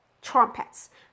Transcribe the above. trumpets